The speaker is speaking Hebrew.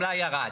הגרף ירד.